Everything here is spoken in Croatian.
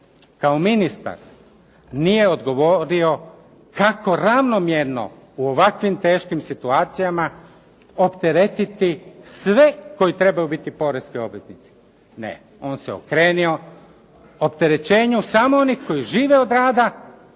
kao ministar nije odgovorio kako ravnomjerno u ovakvim teškim situacijama opteretiti sve koji trebaju biti poreski obveznici. Ne. On se okrenuo samo opterećenju samo onih koji žive od rada